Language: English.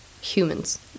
humans